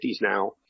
now